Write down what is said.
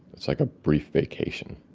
it's like a brief vacation